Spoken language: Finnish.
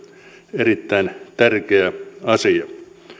erittäin tärkeä asia